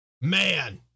man